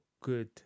good